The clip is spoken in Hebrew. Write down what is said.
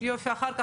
ויושבת ראש הוועדה,